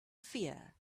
fear